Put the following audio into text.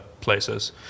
places